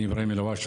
אני אברהים אלהואשלה,